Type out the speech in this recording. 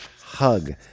hug